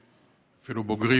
אפילו בוגרים,